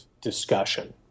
discussion